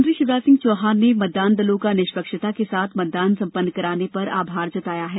मुख्यमंत्री शिवराज सिंह चौहान ने मतदान दलों का निष्पक्षता के साथ मतदान संपन्न कराने पर आभार व्यक्त किया है